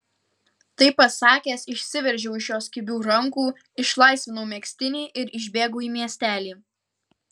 tai pasakęs išsiveržiau iš jos kibių rankų išlaisvinau megztinį ir išbėgau į miestelį